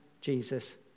Jesus